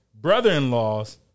brother-in-law's